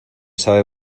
sabe